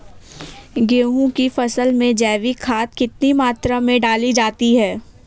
गेहूँ की फसल में जैविक खाद कितनी मात्रा में डाली जाती है?